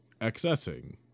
Accessing